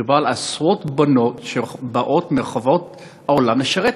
מדובר על עשרות בנות שבאות מרחבי העולם לשרת